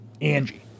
Angie